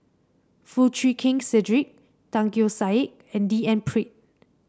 Foo Chee Keng Cedric Tan Keong Saik and D N Pritt